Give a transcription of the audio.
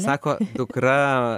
sako dukra